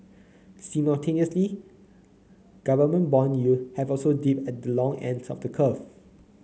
simultaneously government bond yield have also dipped at the long ends of the curve